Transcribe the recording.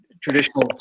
traditional